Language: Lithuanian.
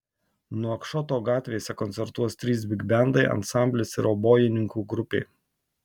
nuakšoto gatvėse koncertuos trys bigbendai ansamblis ir obojininkų grupė